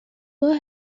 were